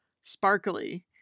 sparkly